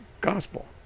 gospel